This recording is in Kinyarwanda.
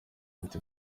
ati